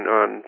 on